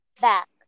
back